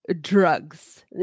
drugs